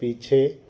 पीछे